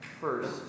first